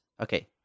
okay